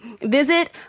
Visit